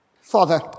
Father